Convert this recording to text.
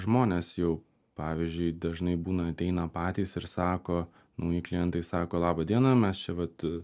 žmonės jau pavyzdžiui dažnai būna ateina patys ir sako nauji klientai sako laba diena mes čia vat